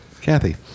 Kathy